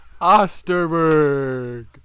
Osterberg